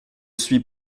suis